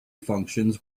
functions